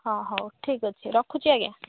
ହଁ ହଉ ଠିକ୍ ଅଛି ରଖୁଛି ଆଜ୍ଞା